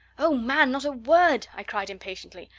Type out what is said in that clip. oh, man, not a word! i cried impatiently.